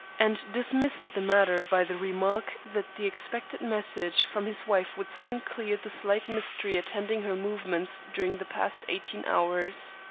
and dismissed the matter by the remark that the expected message from his wife would soon clear the slight mystery attending her movements during the past eighteen hours.